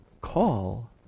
call